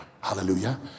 Hallelujah